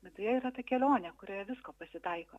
viduje yra ta kelionė kurioje visko pasitaiko